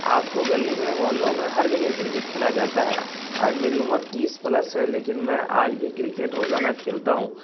آپ کو گلی میں محلوں میں ہر جگہ کرکٹ کھیلا جاتا ہے آج میری عمر تیس پلس ہے لیکن میں آج بھی کرکٹ روزانہ کھیلتا ہوں